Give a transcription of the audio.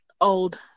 old